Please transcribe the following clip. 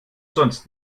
sonst